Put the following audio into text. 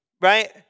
Right